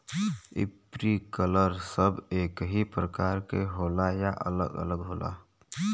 Sprinkler सब एकही प्रकार के होला या अलग अलग होला?